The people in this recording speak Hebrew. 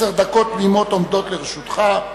עשר דקות תמימות עומדות לרשותך.